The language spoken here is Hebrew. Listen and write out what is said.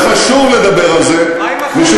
וחשוב לדבר על זה, מה עם ה"סופר-טנקר"?